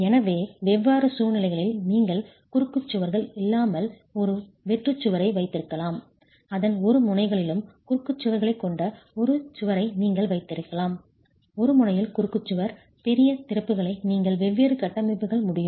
எனவே வெவ்வேறு சூழ்நிலைகளில் நீங்கள் குறுக்கு சுவர்கள் இல்லாமல் ஒரு வெற்று சுவரை வைத்திருக்கலாம் அதன் இரு முனைகளிலும் குறுக்கு சுவர்களைக் கொண்ட ஒரு சுவரை நீங்கள் வைத்திருக்கலாம் ஒரு முனையில் குறுக்கு சுவர் பெரிய திறப்புகளை நீங்கள் வெவ்வேறு கட்டமைப்புகள் முடியும்